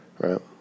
Right